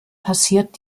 passiert